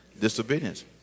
Disobedience